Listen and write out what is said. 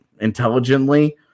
intelligently